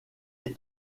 est